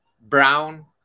Brown